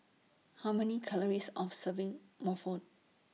How Many Calories of Serving Mofforen